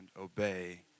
obey